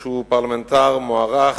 שהוא פרלמנטר מוערך,